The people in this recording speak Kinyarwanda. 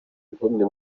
nk’umwe